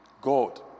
God